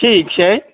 ठीक छै